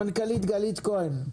המנכ"לית גלית כהן,